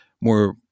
more